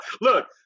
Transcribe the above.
Look